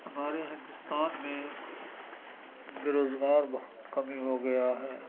ہمارے ہندوستان میں بےروزگار بہت کمی ہو گیا ہے